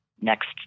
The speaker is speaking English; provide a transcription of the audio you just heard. next